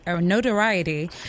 notoriety